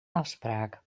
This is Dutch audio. afspraak